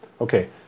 Okay